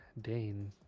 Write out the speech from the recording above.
Dane